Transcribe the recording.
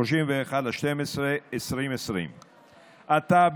31 בדצמבר 2020. עתה,